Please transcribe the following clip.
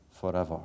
forever